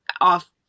off